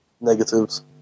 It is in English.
negatives